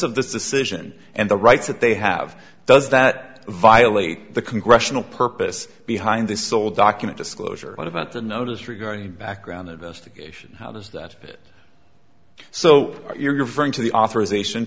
of this decision and the rights that they have does that violate the congressional purpose behind this sole document disclosure what about the notice regarding background investigation how does that fit so your bring to the authorization